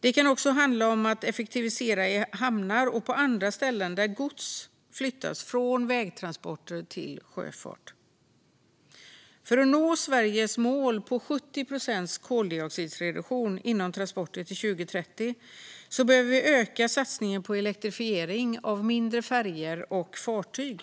Det kan också handla om att effektivisera i hamnar och på andra ställen där gods flyttas från vägtransporter till sjöfart. För att nå Sveriges mål om 70 procents koldioxidsreduktion inom transporter till 2030 behöver vi öka satsningen på elektrifiering av mindre färjor och fartyg.